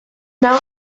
now